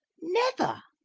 never.